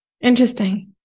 Interesting